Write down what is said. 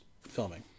filming